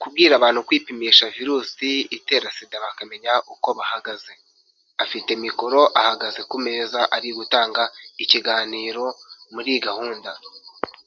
kubwira abantu kwipimisha virusi itera sida bakamenya uko bahagaze, afite mikoro ahagaze ku meza ari gutanga ikiganiro muri iyi gahunda.